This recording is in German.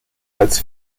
als